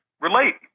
relate